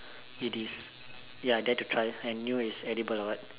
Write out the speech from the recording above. it is ya dare to try and knew is edible or what